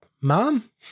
mom